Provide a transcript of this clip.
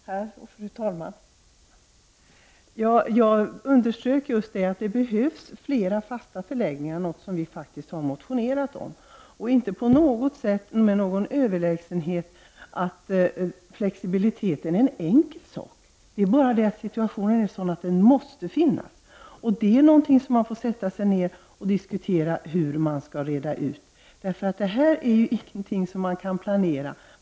Herr talman! Jag underströk just att det behövs flera fasta förläggningar -- något som vi faktiskt har motionerat om -- och sade inte på något sätt överlägset att flexibilitet skulle vara en enkel sak. Situationen är bara sådan att flexibiliteten måste finnas. Man måste sätta sig ner och diskutera hur man skall reda ut detta, för det är ingenting som man kan planera.